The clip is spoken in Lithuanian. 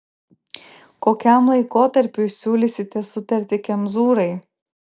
kokiam laikotarpiui siūlysite sutartį kemzūrai